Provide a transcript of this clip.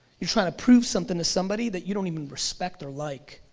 you're trying to prove something to somebody that you don't even respect or like.